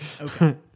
Okay